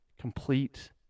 complete